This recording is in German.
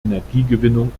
energiegewinnung